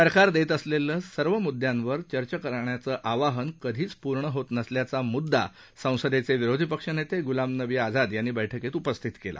सरकार देत असलेलं सर्व मुद्दयांवर चर्चा करण्याचं आश्वासन कधीच पूर्ण होत नसल्याचा मृद्दा संसदेचे विरोधी पक्ष नेते गुलाम नबी आझाद यांनी बैठकीत उपस्थित केला